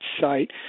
site